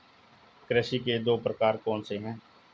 कृषि के दो प्रकार कौन से हैं?